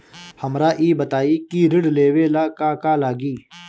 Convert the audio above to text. हमरा ई बताई की ऋण लेवे ला का का लागी?